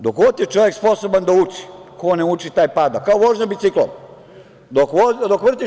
Dok god je čovek sposoban da uči, ko ne uči taj pada, kao vožda biciklom.